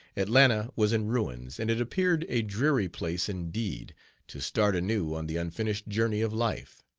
atlanta was in ruins, and it appeared a dreary place indeed to start anew on the unfinished journey of life.